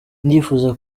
ndifuza